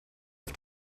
auf